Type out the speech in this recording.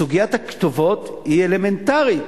סוגיית הכתובות היא אלמנטרית,